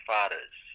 Fathers